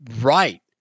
right